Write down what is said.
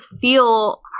feel